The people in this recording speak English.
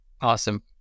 awesome